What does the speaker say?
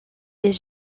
est